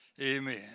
Amen